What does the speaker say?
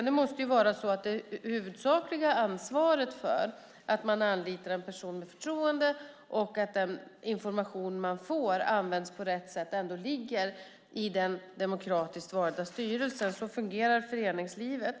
Det måste ändå vara så att det huvudsakliga ansvaret för att man anlitar en person med förtroende och att den information man får används på rätt sätt ligger hos den demokratiskt valda styrelsen. Så fungerar föreningslivet.